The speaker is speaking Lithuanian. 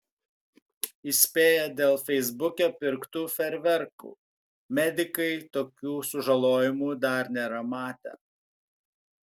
įspėja dėl feisbuke pirktų fejerverkų medikai tokių sužalojimų dar nėra matę